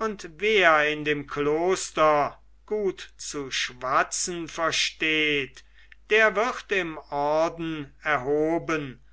und wer in dem kloster gut zu schwatzen versteht der wird im orden erhoben